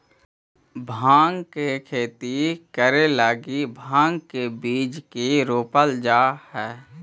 भाँग के खेती करे लगी भाँग के बीज के रोपल जा हई